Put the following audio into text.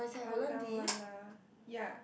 !walao! !wah! lah ya